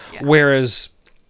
Whereas